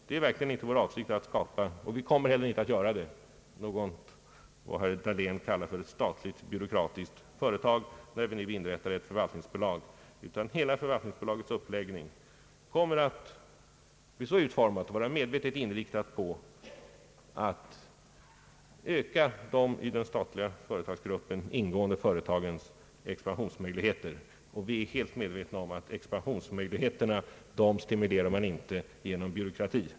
Det har verkligen inte varit vår avsikt att skapa — och vi kommer inte heller att göra det — vad herr Dahlén kallar ett statligt byråkratiskt företag när vi nu inrättar ett förvaltningsbolag. Förvaltningsbolaget kommer att vara helt inriktat på att öka de i den statliga företagsgruppen ingående företagens expansionsmöjligheter. Vi är helt medvetna om att man inte stimulerar expansionsmöjligheterna genom byråkrati.